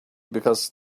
because